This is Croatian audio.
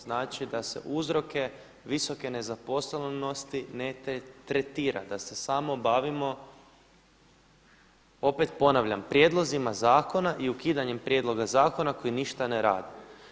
Znači da se uzroke visoke nezaposlenosti ne tretira, da se samo bavimo opet ponavljam prijedlozima zakona i ukidanjem prijedloga zakona koji ništa ne rade.